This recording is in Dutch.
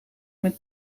met